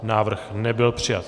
Návrh nebyl přijat.